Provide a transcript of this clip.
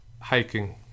Hiking